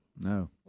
No